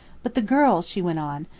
but the girl, she went on,